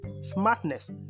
smartness